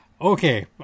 Okay